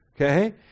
Okay